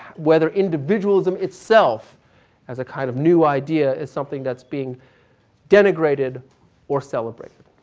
whether individualism itself as a kind of new idea is something that's being denigrated or celebrated.